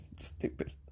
Stupid